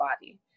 body